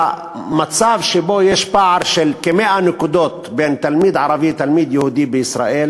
המצב שבו יש פער של כ-100 נקודות בין תלמיד ערבי לתלמיד יהודי בישראל